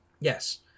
Yes